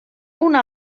una